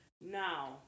Now